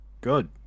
good